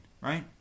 right